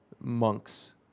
monks